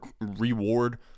reward